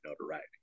notoriety